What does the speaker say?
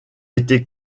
été